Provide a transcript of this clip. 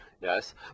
yes